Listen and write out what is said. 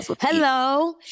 Hello